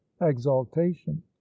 exaltation